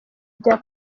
bya